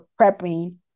prepping